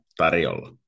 tarjolla